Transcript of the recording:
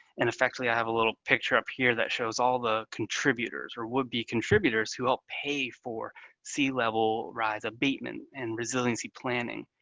and effectively, i have a little picture up here that shows all the contributors, or would-be contributors who help pay for sea level rise abatement and resiliency planning.